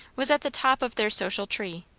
was at the top of their social tree.